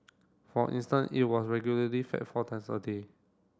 for instance it was regularly fed four times a day